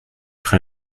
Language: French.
fera